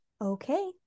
Okay